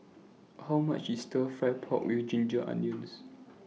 How much IS Stir Fried Pork with Ginger Onions